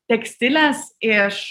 tekstilės iš